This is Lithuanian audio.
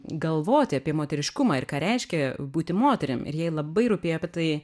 galvoti apie moteriškumą ir ką reiškia būti moterim ir jai labai rūpėjo apie tai